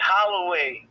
Holloway